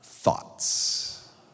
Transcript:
Thoughts